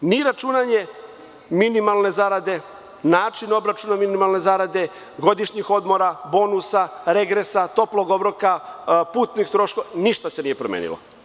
Ni računanje minimalne zarade, način obračuna minimalne zarade, godišnjih odmora, bonusa, regresa, toplog obroka, putnih troškova, ništa se nije promenilo.